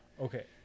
Okay